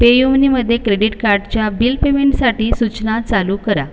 पेयुमनीमध्ये credit कार्डच्या bill पेमेंटसाठी सूचना चालू करा